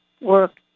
work